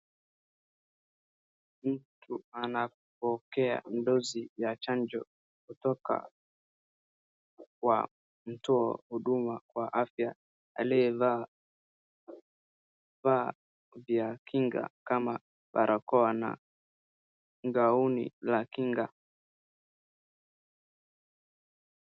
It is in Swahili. Mtu anapokea dosi ya chanjo kutoka kwa mtu mhuduma wa afya aliyevaa vya kinga kama barakoa na ngauni la kinga.